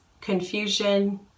confusion